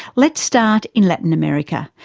let's start in latin america,